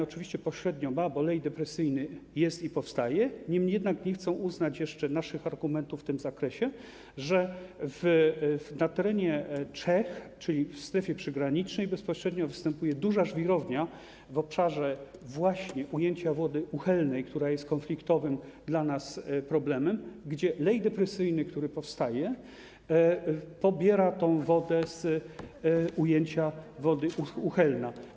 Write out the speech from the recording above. Oczywiście pośrednio ma, bo lej depresyjny jest i powstaje, niemniej jednak nie chcą uznać naszych argumentów w tym zakresie, że na terenie Czech, czyli w strefie przygranicznej, bezpośrednio występuje duża żwirownia właśnie w obszarze ujęcia wody Uhelná, która jest dla nas konfliktowym problemem, gdzie lej depresyjny, który powstaje, pobiera tę wodę z ujęcia wody Uhelná.